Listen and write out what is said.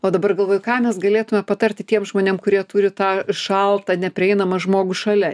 o dabar galvoju ką mes galėtume patarti tiems žmonėm kurie turi tą šaltą neprieinamą žmogų šalia